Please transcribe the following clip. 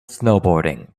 snowboarding